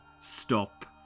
stop